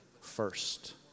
first